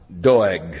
Doeg